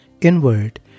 inward